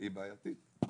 היא בעייתית,